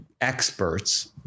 experts